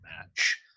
match